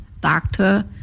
doctor